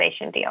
deal